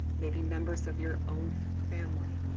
maybe members of your own family,